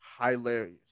hilarious